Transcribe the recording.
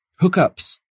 hookups